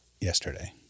yesterday